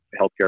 healthcare